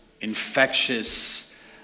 infectious